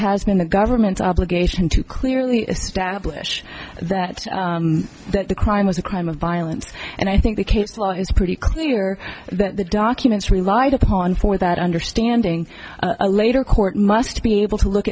has been the government's obligation to clearly establish that the crime was a crime of violence and i think the case law is pretty clear that the documents relied upon for that understanding a later court must be able to look